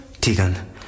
Tegan